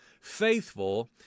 faithful